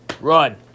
Run